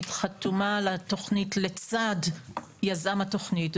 חתומה על התוכנית לצד יזם התוכנית,